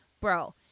bro